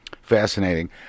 fascinating